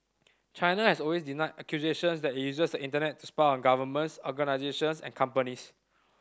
China has always denied accusations that it uses the Internet to spy on governments organisations and companies